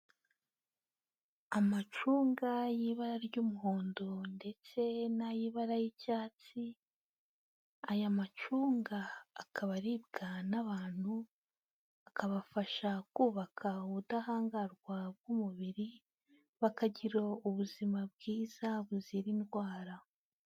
Amacunga y'ibara ry'umuhondo, ndetse n'ay'ibara y'icyatsi, aya macunga akaba aribwa n'abantu, akabafasha kubaka ubudahangarwa bw'umubiri, bakagira ubuzima bwiza buzira indwara.